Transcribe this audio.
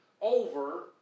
over